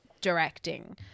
directing